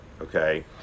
okay